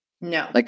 No